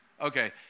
Okay